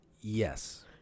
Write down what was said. Yes